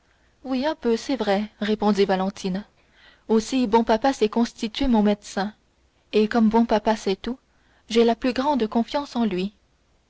oui un peu c'est vrai répondit valentine aussi bon papa s'est constitué mon médecin et comme bon papa sait tout j'ai la plus grande confiance en lui